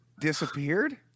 disappeared